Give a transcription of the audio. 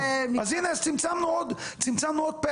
אז הינה, צמצמנו עוד פלח.